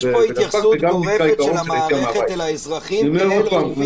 יש פה התייחסות גורפת של המערכת אל האזרחים כאל אויבים.